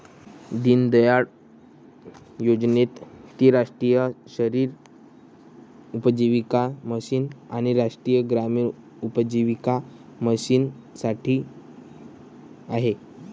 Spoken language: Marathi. दीनदयाळ योजनेत ती राष्ट्रीय शहरी उपजीविका मिशन आणि राष्ट्रीय ग्रामीण उपजीविका मिशनसाठी आहे